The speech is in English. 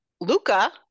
Luca